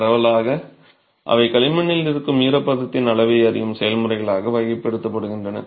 பரவலாக அவை களிமண்ணில் இருக்கும் ஈரப்பதத்தின் அளவை அறியும் செயல்முறைகளாக வகைப்படுத்தப்படுகின்றன